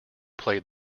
played